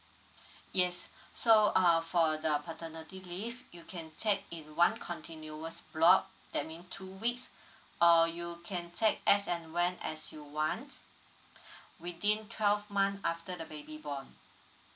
yes so uh for the paternity leave you can take in one continuous block that mean two weeks or you can take as and when as you want within twelve month after the baby born